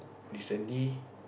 recently